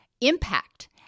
impact